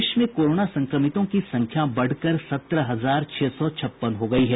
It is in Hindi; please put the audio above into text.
देश में कोरोना संक्रमितों की संख्या बढ़कर सत्रह हजार छह सौ छप्पन हो गयी है